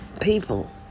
people